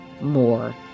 more